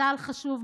צה"ל חשוב,